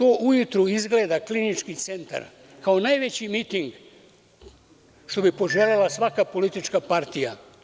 Ujutru Klinički centar izgleda kao najveći miting što bi poželela svaka politička partija.